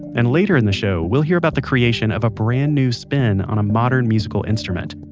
and later in the show, we'll hear about the creation of a brand new spin on a modern musical instrument.